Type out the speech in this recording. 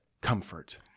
comfort